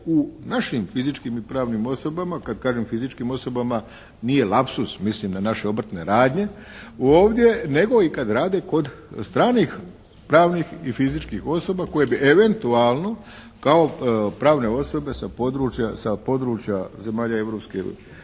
u našim fizičkim i pravnim osobama, kada kažem fizičkim osobama nije lapsus na naše obrtne radnje ovdje nego i kad rade kod stranih pravnih i fizičkih osoba koje bi eventualno kao pravne osobe sa područja zemalja Europske unije,